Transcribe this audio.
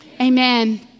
amen